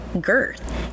girth